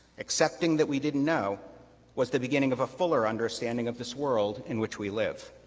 accepting that we didn't know was the beginning of a fuller understanding of this world in which we live.